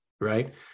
right